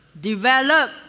develop